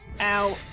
Ow